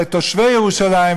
אבל את תושבי ירושלים,